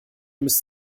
müsst